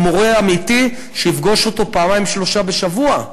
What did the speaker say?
עם מורה אמיתי שיפגוש אותו פעמיים-שלושה בשבוע,